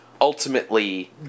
ultimately